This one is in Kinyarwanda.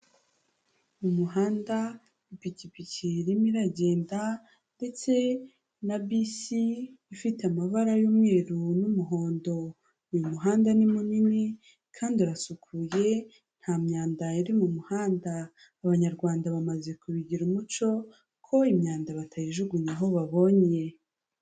Mu muhanda ipikipiki irimo iragenda, ndetse na bisi ifite amabara y'umweru n'umuhondo, uyu muhanda ni munini kandi urasukuye, nta myanda iri mu muhanda, abanyarwanda bamaze kubigira umuco ko imyanda batayijugunya aho babonye.